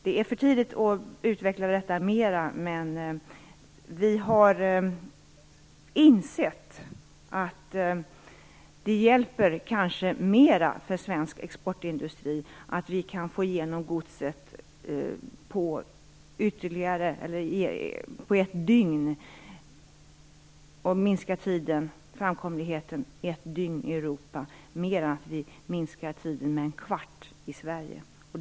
Det är för tidigt att utveckla detta mera, men vi har insett att det kanske hjälper svensk exportindustri mera om vi kan minska tiden för godsets framkomlighet med ett dygn i Europa än om vi minskar tiden med en kvart i Sverige.